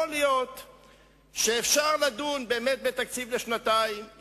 יכול להיות שאפשר לדון בתקציב לשנתיים,